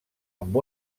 amb